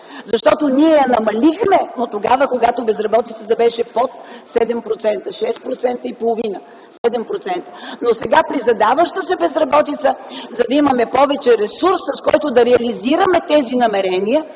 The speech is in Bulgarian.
защото ние я намалихме, но когато безработицата беше под 7% - 6,5%. Но сега, при задаваща се безработица, за да имаме повече ресурс, с който да реализираме тези намерения,